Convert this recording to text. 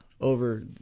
over